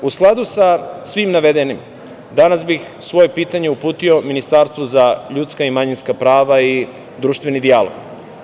U skladu sa svim navedenim, danas bih svoje pitanje uputio Ministarstvu za ljudska i manjinska prava i društveni dijalog.